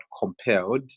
compelled